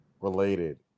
related